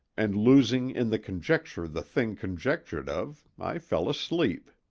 and losing in the conjecture the thing conjectured of, i fell asleep.